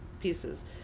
pieces